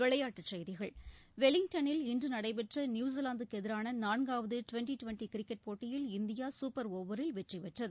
விளைபாட்டுச் செய்திகள் வெலிங்டனில் இன்று நடைபெற்ற நியூசிலாந்துக்கு எதிரான நான்காவது டிவெண்டி டிவெண்டி கிரிக்கெட் போட்டியில் இந்தியா சூப்பர் ஓவரில் வெற்றிபெற்றது